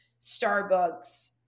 Starbucks